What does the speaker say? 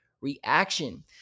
reaction